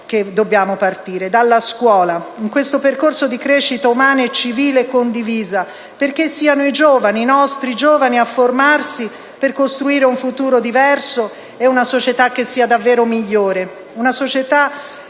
partire in questo percorso di crescita umana e civile condivisa, perché siano i giovani, i nostri giovani a formarsi per costruire un futuro diverso e una società che sia davvero migliore,